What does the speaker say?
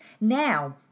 Now